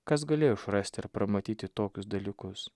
kas galėjo išrasti ir pramatyti tokius dalykus